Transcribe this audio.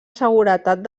seguretat